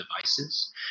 devices